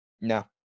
No